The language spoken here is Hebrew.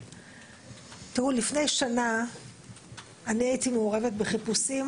תראו, לפני שנה אני הייתי מעורבת בחיפושים